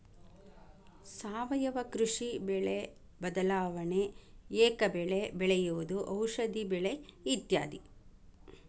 ಸಾವಯುವ ಕೃಷಿ, ಬೆಳೆ ಬದಲಾವಣೆ, ಏಕ ಬೆಳೆ ಬೆಳೆಯುವುದು, ಔಷದಿ ಬೆಳೆ ಇತ್ಯಾದಿ